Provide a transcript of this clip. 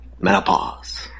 Menopause